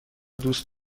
دوست